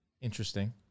Interesting